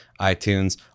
iTunes